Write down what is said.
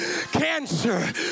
cancer